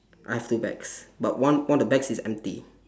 I have two bags but one one of the bags is empty